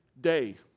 day